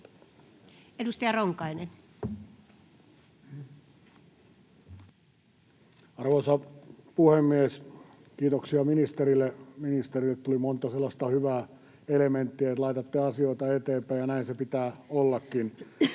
15:19 Content: Arvoisa puhemies! Kiitoksia ministerille. Ministeriltä tuli monta sellaista hyvää elementtiä, että laitatte asioita eteenpäin, ja näin sen pitää ollakin.